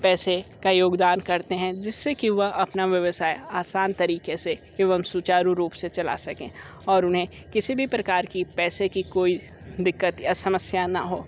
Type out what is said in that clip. पैसे का योगदान करते हैं जिससे की वह अपना व्यवसाय आसान तरीके से एवं सुचारु रूप से चला सकें और उन्हें किसी भी प्रकार की पैसे की कोई दिक्कत या समस्या ना हो